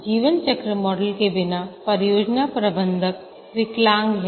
जीवन चक्र मॉडल के बिना परियोजना प्रबंधक विकलांग है